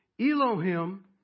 Elohim